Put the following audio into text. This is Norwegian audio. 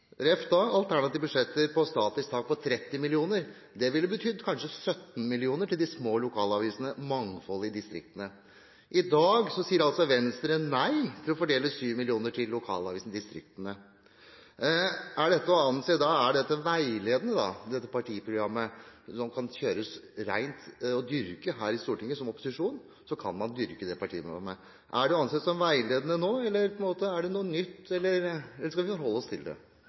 til alternative budsjetter med statisk tak på 30 mill. kr, ville det kanskje betydd 17 mill. kr til de små lokalavisene – mangfold i distriktene. I dag sier altså Venstre nei til å fordele 7 mill. kr til lokalavisene i distriktene. Er dette partiprogrammet å anse som veiledende? Er det noe som kan kjøres rent og dyrkes? I opposisjon her i Stortinget kan man dyrke partiprogrammet. Er det å anse som veiledende nå, skal vi forholde oss til det,